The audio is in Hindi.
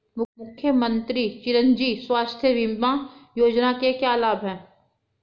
मुख्यमंत्री चिरंजी स्वास्थ्य बीमा योजना के क्या लाभ हैं?